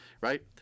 right